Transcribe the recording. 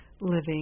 living